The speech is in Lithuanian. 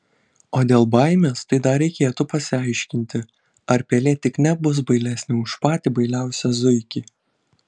o dėl baimės tai dar reikėtų pasiaiškinti ar pelė tik nebus bailesnė už patį bailiausią zuikį